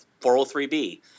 403b